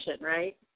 right